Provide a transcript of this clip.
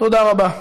תודה רבה.